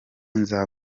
nza